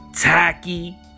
Tacky